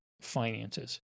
finances